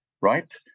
right